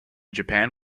japan